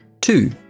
Two